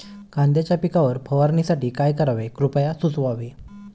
कांद्यांच्या पिकावर फवारणीसाठी काय करावे कृपया सुचवावे